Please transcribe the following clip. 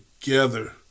together